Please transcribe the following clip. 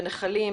מנחלים,